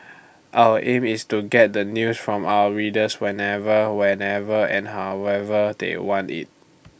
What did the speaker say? our aim is to get the news from our readers whenever wherever and however they want IT